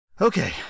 okay